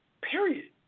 Period